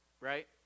Right